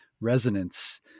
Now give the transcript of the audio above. resonance